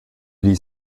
lee